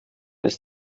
ist